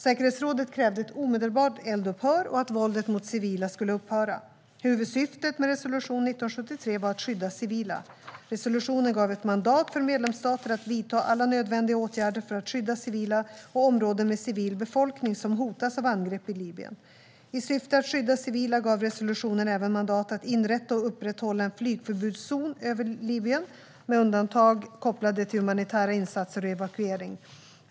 Säkerhetsrådet krävde ett omedelbart eldupphör och att våldet mot civila skulle upphöra. Huvudsyftet med resolution 1973 var att skydda civila. Resolutionen gav ett mandat för medlemsstater att vidta alla nödvändiga åtgärder för att skydda civila och områden med civil befolkning som hotas av angrepp i Libyen. I syfte att skydda civila gav resolutionen även mandat att inrätta och upprätthålla en flygförbudszon över Libyen med undantag kopplade till humanitära insatser och evakuering.